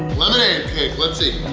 lemonade cake! let's eat!